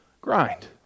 grind